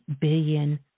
billion